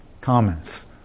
comments